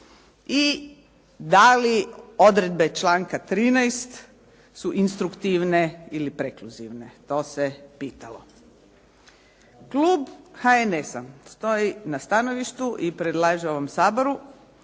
i da li odredbe članka 13. su instruktivne ili prekluzivne. To se pitalo. Klub HNS-a stoji na stanovištu i predlaže ovom Saboru